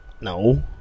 No